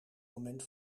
moment